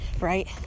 right